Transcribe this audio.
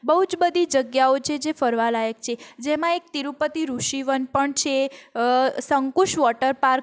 બહુજ બધી જગ્યાઓ છે જે ફરવા લાયક છે જેમાં એક તિરૂપતિ ઋષિવન પણ છે શંકુસ વોટર પાર્ક પણ છે